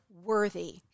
Worthy